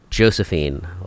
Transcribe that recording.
Josephine